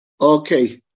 Okay